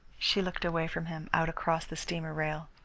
she looked away from him, out across the steamer rail.